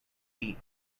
deep